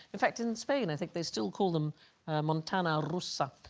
in fact in spain. i think they still call them montana, russa.